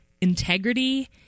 Integrity